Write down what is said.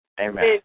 Amen